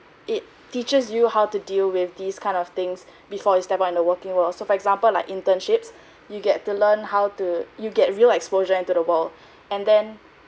it teaches you how to deal with these kind of things before you step up the working world so for example like internships you get to learn how to you get real exposure into the world and then